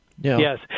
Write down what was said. Yes